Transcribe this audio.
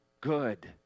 good